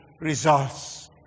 results